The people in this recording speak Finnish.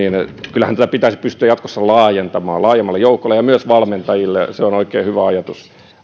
kyllähän tätä pitäisi pystyä jatkossa laajentamaan laajemmalle joukolle ja myös valmentajille se on oikein hyvä ajatus